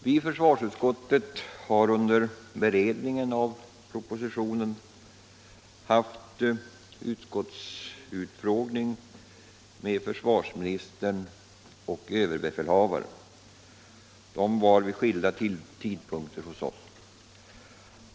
Vi i försvarsutskottet har under beredningen av propositionen haft utskottsutfrågning med försvarsministern och överbefälhavaren. De var vid skilda tillfällen hos oss.